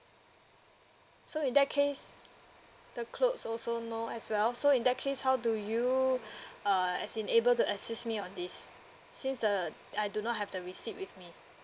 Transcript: so in that case the clothes also no as well so in that case how do you uh as in able to assist me on this since uh I do not have the receipt with me